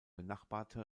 benachbarte